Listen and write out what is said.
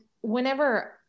whenever